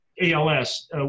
ALS